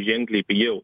ženkliai pigiau